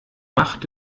macht